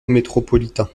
métropolitain